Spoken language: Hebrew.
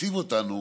מעציב אותנו